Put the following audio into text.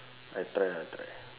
I try I try